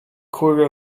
quarter